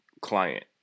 client